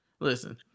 Listen